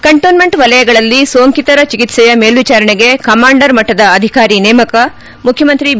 cantonment ವಲಯಗಳಲ್ಲಿ ಸೋಂಕಿತರ ಚಿಕಿತ್ಸೆಯ ಮೇಲ್ವಿಚಾರಣೆಗೆ ಕಮಾಂಡರ್ ಮಟ್ಟದ ಅಧಿಕಾರಿ ನೇಮಕ ಮುಖ್ಚಮಂತ್ರಿ ಬಿ